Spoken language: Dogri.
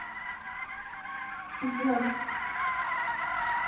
हांजी हांजी